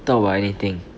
talk about anything